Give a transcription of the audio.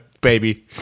baby